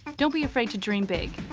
don't be afraid to dream big,